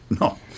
No